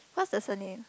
what's the surname